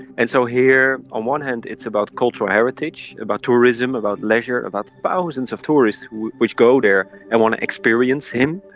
and so here on one hand it's about cultural heritage, about tourism, about leisure, about thousands of tourists who go there and want to experience him,